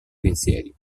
pensieri